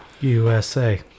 USA